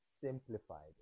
simplified